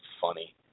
funny